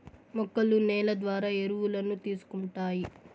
మొక్కలు నేల ద్వారా ఎరువులను తీసుకుంటాయి